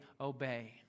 obey